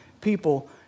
people